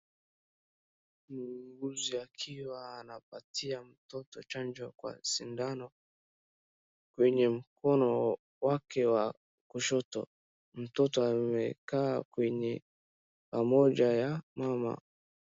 Muuguzi akiwa anapatia mtoto chanjo kwa sindano kwenye mkono wake wa kushoto. Mtoto amekaa kwenye pamoja ya mama.